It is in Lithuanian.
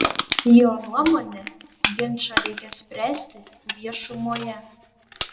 jo nuomone ginčą reikia spręsti viešumoje